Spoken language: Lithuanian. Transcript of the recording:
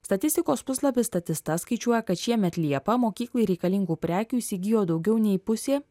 statistikos puslapis statistas skaičiuoja kad šiemet liepą mokyklai reikalingų prekių įsigijo daugiau nei pusė